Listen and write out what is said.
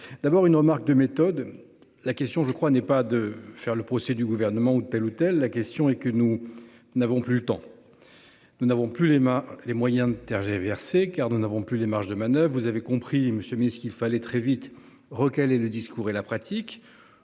D'abord une remarque de méthode. La question je crois n'est pas de faire le procès du gouvernement ou de telle ou telle la question et que nous n'avons plus le temps. Nous n'avons plus les mains, les moyens de tergiverser, car nous n'avons plus les marges de manoeuvre. Vous avez compris monsieur mais ce qu'il fallait très vite recalée le discours et la pratique.